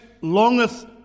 longeth